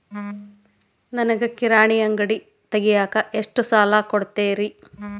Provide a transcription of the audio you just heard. ನನಗ ಕಿರಾಣಿ ಅಂಗಡಿ ತಗಿಯಾಕ್ ಎಷ್ಟ ಸಾಲ ಕೊಡ್ತೇರಿ?